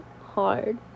hard